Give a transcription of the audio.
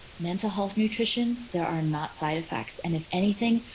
mental health nutrition, there are not side effects. and if anything,